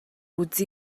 үзэн